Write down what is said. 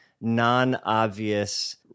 non-obvious